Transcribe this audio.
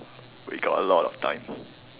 we got a lot of time